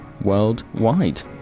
worldwide